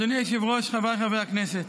אדוני היושב-ראש, חברי הכנסת,